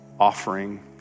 Offering